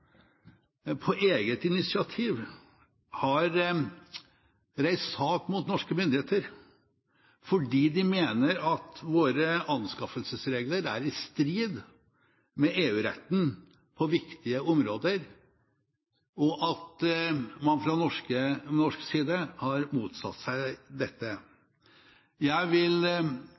på eget initiativ har reist sak mot norske myndigheter fordi de mener at våre anskaffelsesregler er i strid med EU-retten på viktige områder, og at man fra norsk side har motsatt seg dette. Jeg vil